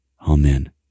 Amen